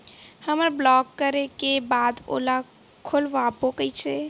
हमर ब्लॉक करे के बाद ओला खोलवाबो कइसे?